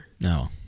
No